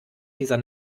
dieser